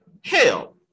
hell